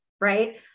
right